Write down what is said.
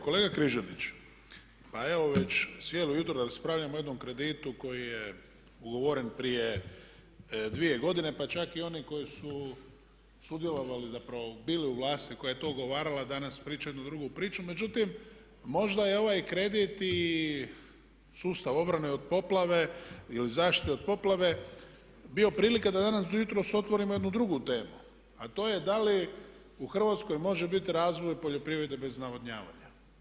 Kolega Križanić, pa evo već cijelo jutro raspravljamo o jednom kreditu koji je ugovoren prije 2 godine, pa čak i oni koji su sudjelovali zapravo bili u vlasti koja je to ugovarala danas pričaju jednu drugu priču, međutim možda je ovaj kredit i sustav obrane od poplave ili zaštite od poplave bio prilike da danas, jutros otvorimo jednu drugu temu a to je da li u Hrvatskoj može biti razvoj poljoprivrede bez navodnjavanja?